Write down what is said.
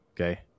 Okay